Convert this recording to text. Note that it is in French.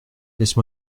laisse